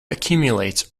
accumulates